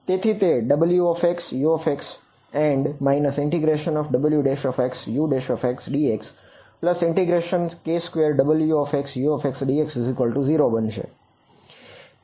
તેથી તે wxuxend wxuxdxk2wxuxdx0 બનશે